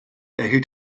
erhielt